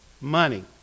money